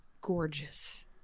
gorgeous